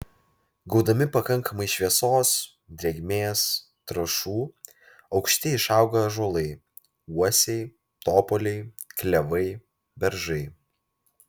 gaudami pakankamai šviesos drėgmės trąšų aukšti išauga ąžuolai uosiai topoliai klevai beržai